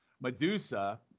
Medusa